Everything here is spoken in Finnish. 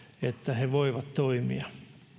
että he voivat toimia